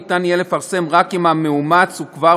ניתן יהיה לפרסם רק אם המאומץ הוא כבר